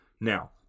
Now